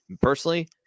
personally